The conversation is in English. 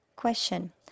Question